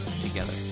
together